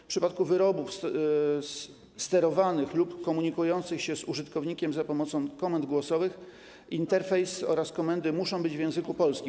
W przypadku wyrobów sterowanych lub komunikujących się z użytkownikiem za pomocą komend głosowych interfejs oraz komendy muszą być w języku polskim.